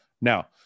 now